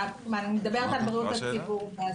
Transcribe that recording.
אני מדברת על בריאות הציבור.